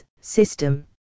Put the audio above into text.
system